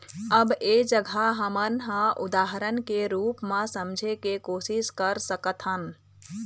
अब ऐ जघा हमन ह उदाहरन के रुप म समझे के कोशिस कर सकत हन